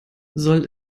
soll